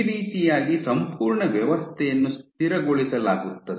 ಈ ರೀತಿಯಾಗಿ ಸಂಪೂರ್ಣ ವ್ಯವಸ್ಥೆಯನ್ನು ಸ್ಥಿರಗೊಳಿಸಲಾಗುತ್ತದೆ